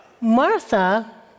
Martha